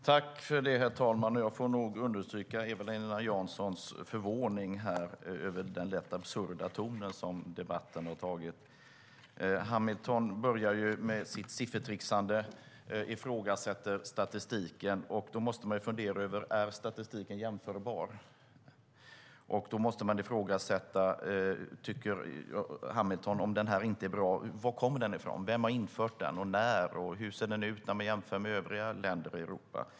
Herr talman! Jag får instämma i Eva-Lena Janssons förvåning över den lätt absurda tonen i debatten. Hamilton börjar med sitt siffertricksande och ifrågasätter statistiken. Då måste man fundera över om statistiken är jämförbar, och då måste man ifrågasätta den, tycker Hamilton. Om den inte är bra, var kommer den ifrån? Vem har infört den och när? Hur ser den ut jämfört med övriga länder i Europa?